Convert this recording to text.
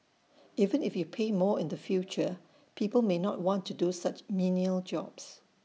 even if you pay more in the future people may not want to do such menial jobs